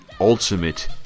ultimate